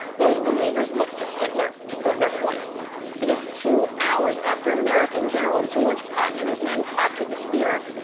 those believers look to hitler to prove their point because two hours after american general george patton and his men captured the spear,